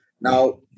Now